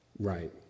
Right